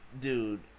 dude